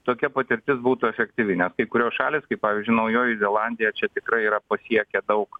tokia patirtis būtų efektyvi nes kai kurios šalys kaip pavyzdžiui naujoji zelandija čia tikrai yra pasiekę daug